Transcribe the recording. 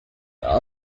are